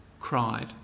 cried